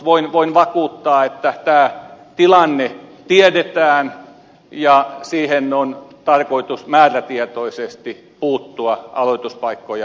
mutta voin vakuuttaa että tämä tilanne tiedetään ja siihen on tarkoitus määrätietoisesti puuttua aloituspaikkoja lisäämällä